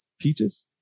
Peaches